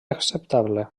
acceptable